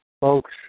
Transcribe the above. Folks